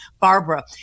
Barbara